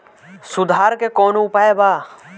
सुधार के कौनोउपाय वा?